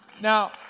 Now